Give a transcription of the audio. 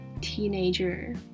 teenager